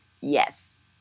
Yes